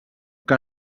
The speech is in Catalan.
que